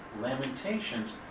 Lamentations